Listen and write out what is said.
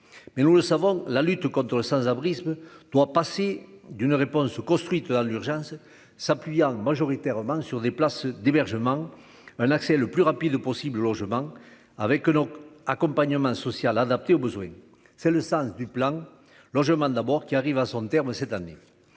mais nous le savons, la lutte contre le sans-abrisme doit passer d'une réponse construite dans l'urgence, s'appuyant majoritairement sur des places d'hébergement un accès le plus rapide possible logement avec eux donc accompagnement social adapté aux besoins, c'est le sens du plan logement d'abord qui arrive à son terme cette année,